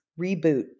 Reboot